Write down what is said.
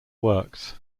works